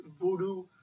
Voodoo